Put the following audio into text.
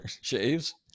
shaves